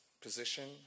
position